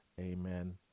Amen